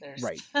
Right